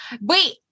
wait